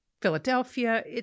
Philadelphia